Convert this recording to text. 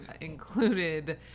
included